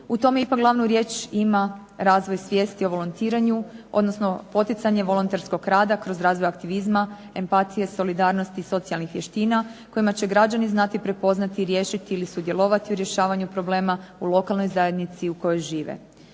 u tome ipak glavnu riječ ima razvoj svijesti o volontiranju, odnosno poticanje volonterskog rada kroz razvoj aktivizma, empatije, solidarnosti i socijalnih vještina kojima će građani znati prepoznati, riješiti ili sudjelovati u rješavanju problema u lokalnoj zajednici u kojoj žive.